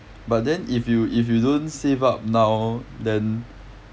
but then if you if you don't save up now then